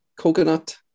coconut